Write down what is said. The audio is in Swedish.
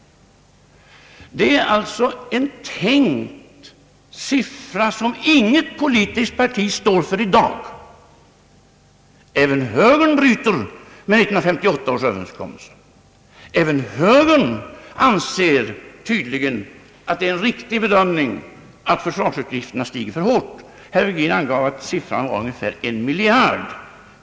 Det är en tänkt siffra som inget politiskt parti står för i dag. även högern bryter med 1958 års överenskommelse, även högern anser tydligen att det är en riktig bedömning att försvarsutgifterna stiger för hastigt. Herr Virgin angav att siffran var ungefär en miljard kronor.